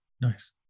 Nice